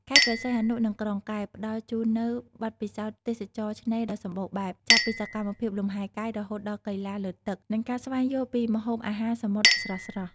ខេត្តព្រះសីហនុ និងក្រុងកែប ផ្តល់ជូននូវបទពិសោធន៍ទេសចរណ៍ឆ្នេរដ៏សម្បូរបែប ចាប់ពីសកម្មភាពលំហែកាយរហូតដល់កីឡាលើទឹក និងការស្វែងយល់ពីម្ហូប អាហារសមុទ្រស្រស់ៗ។